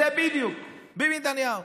זה בדיוק ביבי נתניהו: